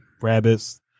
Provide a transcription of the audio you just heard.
rabbits